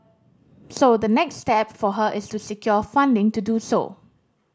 so the next step for her is to secure funding to do so